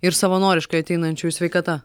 ir savanoriškai ateinančiųjų sveikata